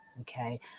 okay